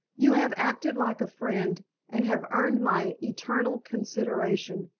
you have acted like a friend and have earned my eternal consideration,